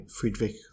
Friedrich